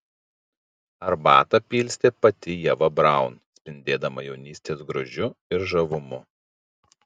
arbatą pilstė pati ieva braun spindėdama jaunystės grožiu ir žavumu